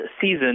season